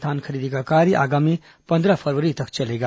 धान खरीदी का कार्य आगामी पंद्रह फरवरी तक चलेगा